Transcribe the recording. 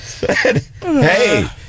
Hey